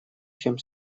чем